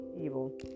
evil